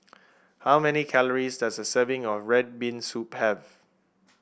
how many calories does a serving of red bean soup have